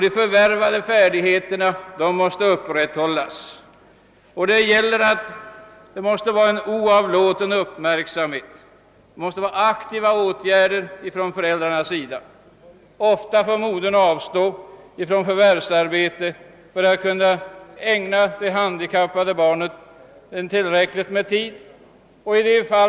De förvärvade färdigheterna måste upprätthållas och därför erfordras en oavlåtlig uppmärksamhet och aktiva åtgärder från föräldrarnas sida. Ofta får modern avstå från förvärvsarbete för att kunna ägna det handikappade barnet tillräckligt med tid.